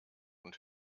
und